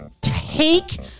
take